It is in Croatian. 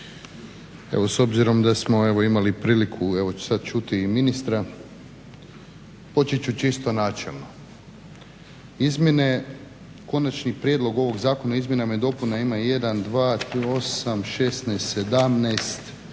Evo s obzirom da smo imali priliku čuti i ministra, počet ću čisto načelno. Izmjene konačni prijedlog ovog zakona o izmjenama i dopunama ima 1, 2, 8, 16, 17,